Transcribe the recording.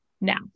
now